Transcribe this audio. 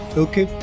okay.